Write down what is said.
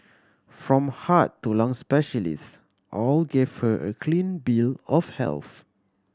from heart to lung specialist all gave her a clean bill of health